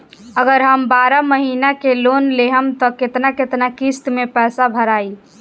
अगर हम बारह महिना के लोन लेहेम त केतना केतना किस्त मे पैसा भराई?